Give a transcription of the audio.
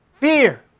Fear